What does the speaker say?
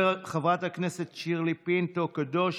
חברת הכנסת שירלי פינטו קדוש,